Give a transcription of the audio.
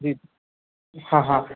जी हाँ हाँ